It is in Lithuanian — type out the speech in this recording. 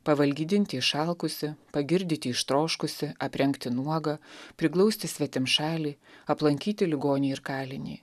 pavalgydinti išalkusį pagirdyti ištroškusį aprengti nuogą priglausti svetimšalį aplankyti ligonį ir kalinį